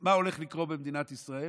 ומה הולך לקרות במדינת ישראל.